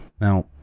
Now